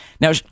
Now